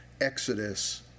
Exodus